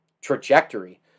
trajectory